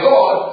God